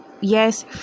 yes